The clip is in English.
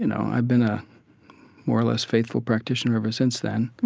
you know, i've been a more or less faithful practitioner ever since then